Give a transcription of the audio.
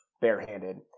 barehanded